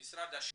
משרד השיכון,